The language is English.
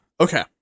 okay